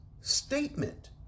statement